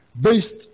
based